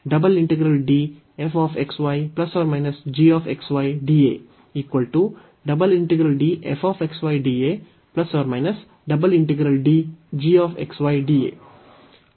ಈ ಡಬಲ್ ಅವಿಭಾಜ್ಯದ ಮತ್ತೊಂದು ಆಸ್ತಿ